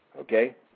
okay